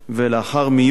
ולאחר מיון